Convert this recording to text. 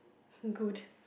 good